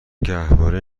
گهواره